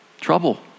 trouble